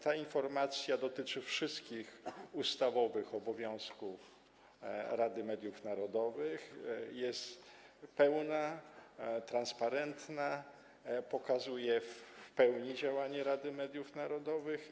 Ta informacja dotyczy wszystkich ustawowych obowiązków Rady Mediów Narodowych, jest pełna, transparentna, pokazuje w pełni działanie Rady Mediów Narodowych.